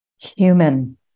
human